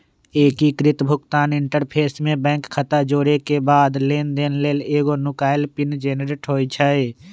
एकीकृत भुगतान इंटरफ़ेस में बैंक खता जोरेके बाद लेनदेन लेल एगो नुकाएल पिन जनरेट होइ छइ